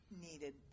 needed